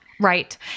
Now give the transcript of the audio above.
Right